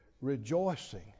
Rejoicing